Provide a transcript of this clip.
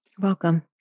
welcome